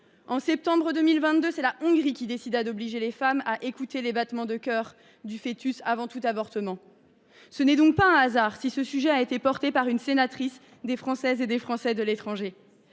de septembre 2022, la Hongrie décida d’obliger les femmes à écouter les battements de cœur du fœtus avant tout avortement. Ce n’est donc pas un hasard si ce sujet a été porté par une sénatrice représentant les Français établis